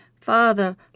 Father